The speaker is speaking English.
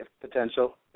Potential